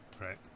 Right